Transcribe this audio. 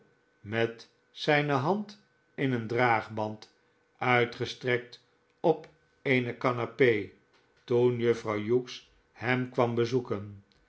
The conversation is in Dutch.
met zijne hand in een draagband uitgestrekt op eene canape toen juffrouw hughes hem kwam bezoeken